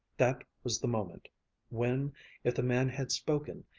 that was the moment when if the man had spoken,